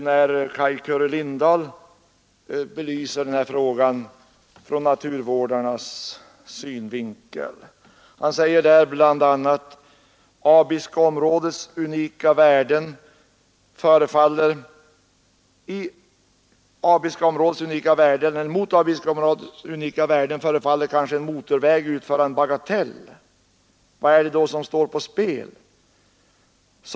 Där belyser Kai Curry-Lindahl frågan ur naturvårdarnas synvinkel. Han säger bl.a.: ”För den som inte är insatt i Abiskoområdets unika värden förefaller kanske en motorväg utgöra en bagatell. Vad är det då som står på spel?